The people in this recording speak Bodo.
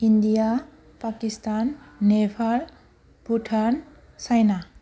India Pakistan Nepal Bhutan China